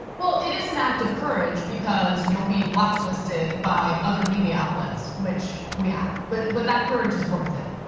well, it is an act of courage, because you'll be blacklisted by other media outlets, which we have. but but that courage is worth it.